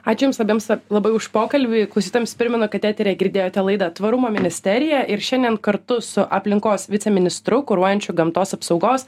ačiū jums abiems labai už pokalbį klausytojams primenu kad eteryje girdėjote laidą tvarumo ministerija ir šiandien kartu su aplinkos viceministru kuruojančiu gamtos apsaugos